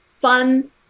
fun